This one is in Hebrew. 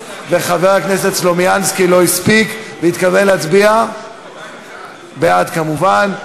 וחבר הכנסת סלומינסקי לא הספיק והתכוון להצביע בעד כמובן.